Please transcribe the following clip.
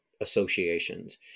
associations